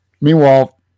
Meanwhile